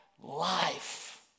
life